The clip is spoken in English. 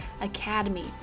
Academy